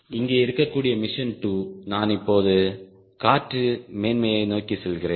இங்கே இருக்கக்கூடிய மிஷன் 2 நான் இப்போது காற்று மேன்மையை நோக்கி செல்கிறேன்